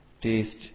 Taste